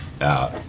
out